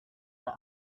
the